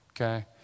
okay